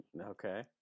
Okay